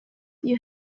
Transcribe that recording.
you